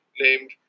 named